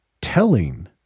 telling